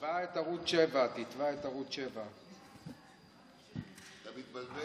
תתבע את ערוץ 7. תתבע את ערוץ 7. אתה מתבלבל,